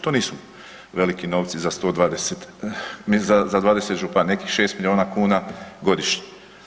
To nisu veliki novci za 120, za 20 županija, nekih 6 milijuna kuna godišnje.